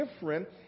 different